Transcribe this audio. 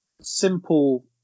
Simple